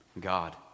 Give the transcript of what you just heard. God